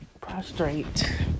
Prostrate